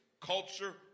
culture